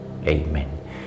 Amen